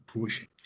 pushing